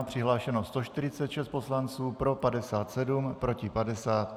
Přihlášeno 146 poslanců, pro 57, proti 50.